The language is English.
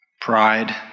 pride